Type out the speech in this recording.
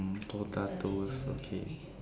potatoes okay